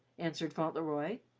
answered fauntleroy.